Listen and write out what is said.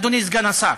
אדוני סגן השר,